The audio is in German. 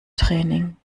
training